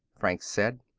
franks said.